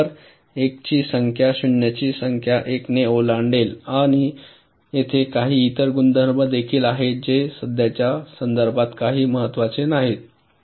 बरोबर एकची संख्या शून्यांची संख्या 1 ने ओलांडेल आणि येथे काही इतर गुणधर्म देखील आहेत जे सध्याच्या संदर्भात फार महत्वाचे नाहीत